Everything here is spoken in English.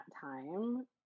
time